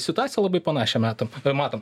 situaciją labai panašią metom matom